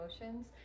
emotions